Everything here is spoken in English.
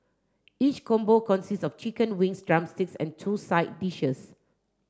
each combo consists of chicken wings drumsticks and two side dishes